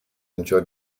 enjoy